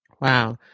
Wow